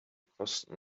kosten